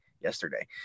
yesterday